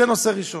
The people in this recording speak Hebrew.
זה נושא ראשון.